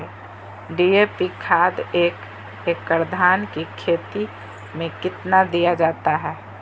DAP खाद एक एकड़ धान की खेती में कितना दीया जाता है?